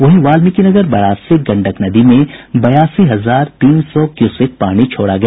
वहीं वाल्मिकीनगर बराज से गंडक नदी में बयासी हजार तीन सौ क्यूसेक पानी छोड़ा गया